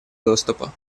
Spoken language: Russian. доступа